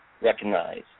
recognize